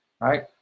right